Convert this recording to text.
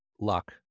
luck